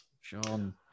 Sean